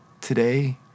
Today